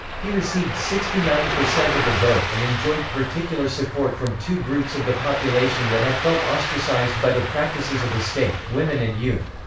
he received sixty nine percent of the vote and enjoyed particular support from two groups of the population that had felt ostracized by the practices of the state women and youth.